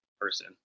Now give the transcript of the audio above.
person